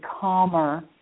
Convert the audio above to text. calmer